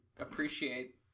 appreciate